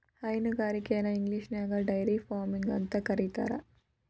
ಹೈನುಗಾರಿಕೆನ ಇಂಗ್ಲಿಷ್ನ್ಯಾಗ dairy farming ಅಂತ ಕರೇತಾರ